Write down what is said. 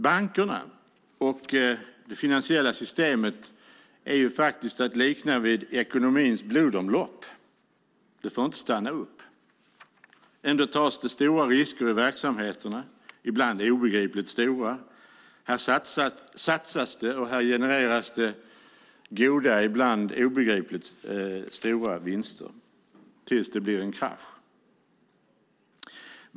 Bankerna och det finansiella systemet är att likna vid ekonomins blodomlopp. Det får inte stanna upp. Ändå tas det stora risker i verksamheterna, ibland obegripligt stora. Här satsas det, och här genereras goda ibland obegripligt stora vinster tills det blir en krasch.